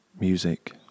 music